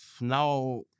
now